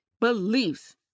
beliefs